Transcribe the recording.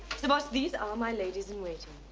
sir boss, these are my ladies in waiting.